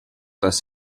das